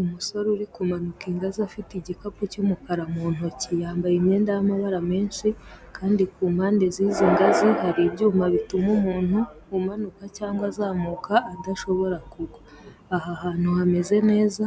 Umusore uri kumanuka ingazi afite igikapu cy'umukara mu ntoki. Yambaye imyenda y’amabara menshi, kandi ku mpande z'izi ngazi hari ibyuma bituma umuntu umanuka cyangwa azamuka adashobora kugwa. Aha hantu hameze neza